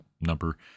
number